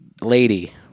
lady